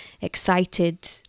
excited